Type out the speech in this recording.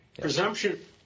Presumption